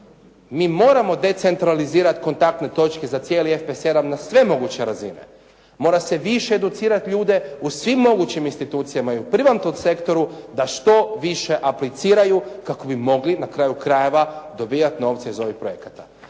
Mi moramo decentralizirati kontaktne točke za cijeli FP7 na sve moguće razine. Mora se više educirati ljude u svim mogućim institucijama i u privatnom sktoru da što više apliciraju kako bi mogli na kraju krajeva dobivati novce iz ovog fonda.